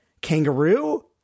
kangaroo